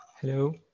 Hello